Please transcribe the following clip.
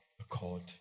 accord